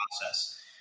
process